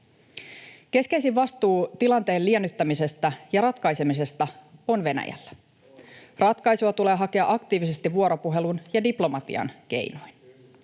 Keskeisin vastuu tilanteen liennyttämisestä ja ratkaisemisesta on Venäjällä. Ratkaisua tulee hakea aktiivisesti vuoropuhelun ja diplomatian keinoin.